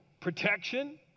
Protection